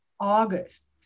august